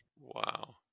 Wow